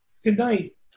tonight